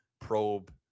probe